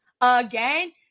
again